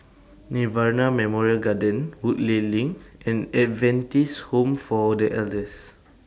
Nirvana Memorial Garden Woodleigh LINK and Adventist Home For The Elders